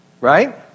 right